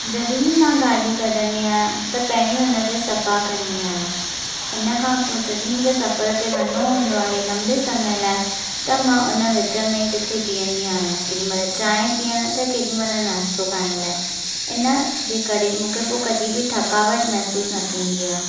जडहिं बि मां गाडी॒ कढंदी आहियां त पहिरीं हुनखे सफा कन्दी आहियां इनखां पोइ जडहिं मुंखे सफर ते वञिणो हून्दो आहे लम्बे समय लाइ त मां उन विच में किथे बी॒हन्दी आहियां केडी॒ महिल चांहि पीअण त केडी॒ महिल नाश्तो खाइण लाइ इनजे करे मूंखे पोइ कडी॒ बि थकावटु महिसूस न थीन्दी आहे